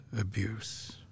abuse